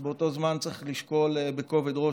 אז באותו זמן צריך לשקול בכובד ראש,